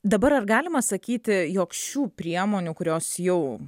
dabar ar galima sakyti jog šių priemonių kurios jau